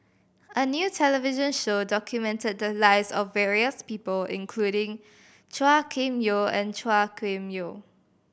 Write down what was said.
a new television show documented the lives of various people including Chua Kim Yeow and Chua Kim Yeow